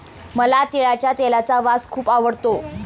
मला तिळाच्या तेलाचा वास खूप आवडतो